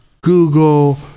Google